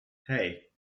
hey